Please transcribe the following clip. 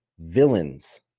villains